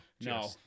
No